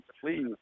please